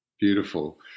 Beautiful